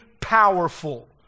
powerful